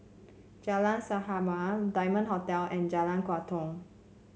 Jalan Sahabat Diamond Hotel and Jalan Tua Kong